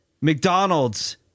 McDonald's